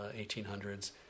1800s